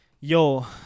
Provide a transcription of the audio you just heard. Yo